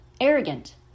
arrogant